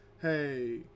hey